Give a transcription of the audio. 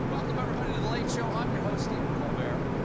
welcome everybody to the late show. i'm your shows stephen colbert.